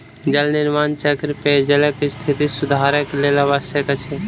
जल निर्माण चक्र पेयजलक स्थिति सुधारक लेल आवश्यक अछि